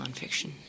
nonfiction